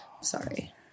Sorry